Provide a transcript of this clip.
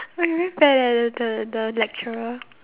mmhmm ya ya the the the lecturer